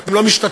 והם לא משתתפים,